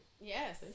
Yes